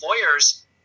employers